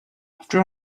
after